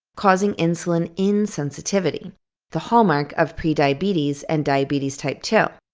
causing insulin insensitivity the hallmark of prediabetes and diabetes type two.